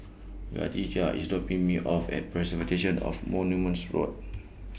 Kadijah IS dropping Me off At Preservation of Monuments Board